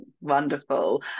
wonderful